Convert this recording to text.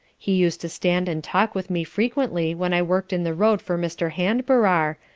he used to stand and talk with me frequently when i work'd in the road for mr. handbarrar,